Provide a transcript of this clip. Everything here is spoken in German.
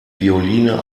violine